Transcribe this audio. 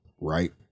right